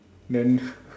then